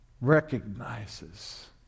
recognizes